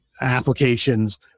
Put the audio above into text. applications